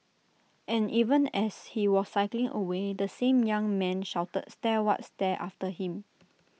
and even as he was cycling away the same young man shouted stare what stare after him